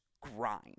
grind